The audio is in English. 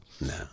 No